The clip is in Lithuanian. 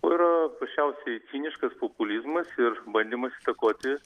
o yra paprasčiausiai ciniškas populizmas ir bandymas įtakoti